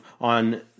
on